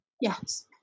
Yes